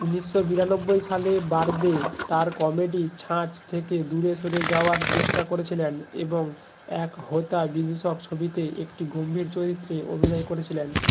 উনিশশো বিরানব্বই সালে বার্দে তার কমেডি ছাঁচ থেকে দূরে সরে যাওয়ার চেষ্টা করেছিলেন এবং এক হোতা বিদূষক ছবিতে একটি গম্ভীর চরিত্রে অভিনয় করেছিলেন